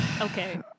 okay